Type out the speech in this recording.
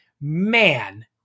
man